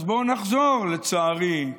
אז בואו נחזור, לצערי,